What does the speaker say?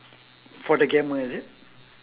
for the gamer is it